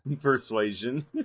Persuasion